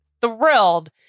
thrilled